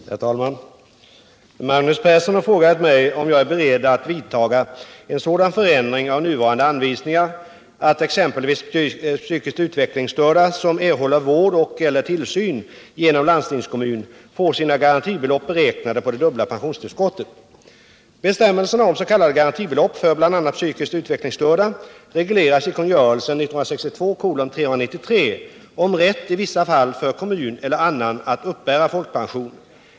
Herr talman! Magnus Persson har frågat mig om jag är beredd att vidta en sådan förändring av nuvarande anvisningar att exempelvis psykiskt utveck Bestämmelserna om det s.k. garantibeloppet för bl.a. psykiskt utveck 13 april 1978 lingsstörda regleras i kungörelsen 1962:393 om rätt i vissa fall för kommun eller annan att uppbära folkpension.